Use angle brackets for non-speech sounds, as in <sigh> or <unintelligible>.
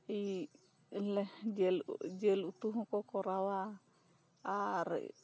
<unintelligible> ᱡᱮᱞ ᱡᱮᱞ ᱩᱛᱩ ᱦᱚᱸᱠᱚ ᱠᱚᱨᱟᱣᱟ ᱟᱨ